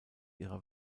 ihrer